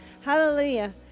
Hallelujah